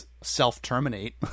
self-terminate